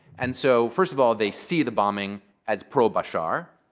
and so first of all, they see the bombing as pro-bashar,